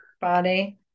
body